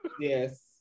Yes